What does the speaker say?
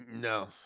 No